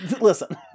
Listen